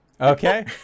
Okay